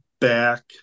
back